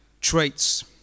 traits